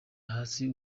hasi